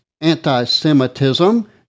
anti-Semitism